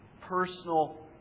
personal